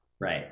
Right